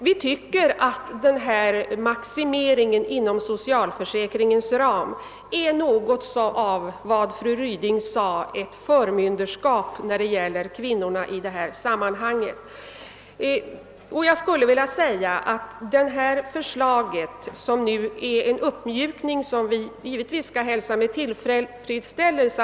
Vi anser att denna maximering innebär, som fru Ryding uttryckte det, något av ett förmynderskap över kvinnorna. Det föreliggande förslaget till uppmjukning hälsar vi naturligtvis med tillfredsställelse.